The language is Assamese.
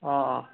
অঁ